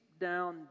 down